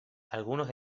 algunos